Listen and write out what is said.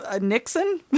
Nixon